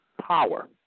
power